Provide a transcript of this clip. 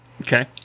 Okay